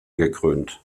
gekrönt